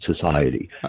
society